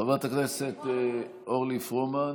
חברת הכנסת אורלי פרומן,